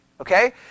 okay